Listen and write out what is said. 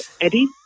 Eddie